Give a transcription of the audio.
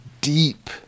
deep